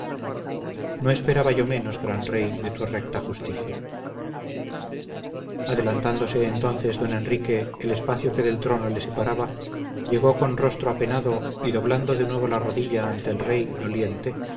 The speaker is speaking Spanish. no esperaba yo menos gran rey de tu recta justicia adelantándose entonces don enrique el espacio que del trono le separaba llegó con rostro apenado y doblando de nuevo la rodilla ante el rey doliente